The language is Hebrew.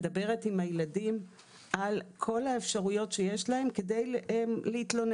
מדברת עם הילדים על כל האפשרויות שיש להם כדי להתלונן.